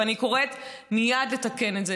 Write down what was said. ואני קוראת מייד לתקן את זה.